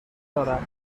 دارم